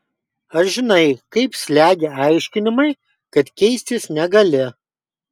ar žinai kaip slegia aiškinimai kad keistis negali